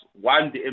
one